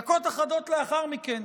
דקות אחדות לאחר מכן